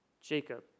Jacob